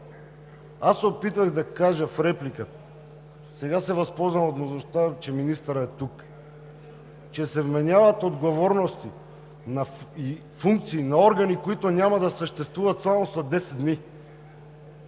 се опитвах да кажа в репликата, сега се възползвам от възможността, че министърът е тук – че се вменяват отговорности и функции на органи, които няма да съществуват само след 10 дни,